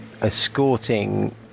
escorting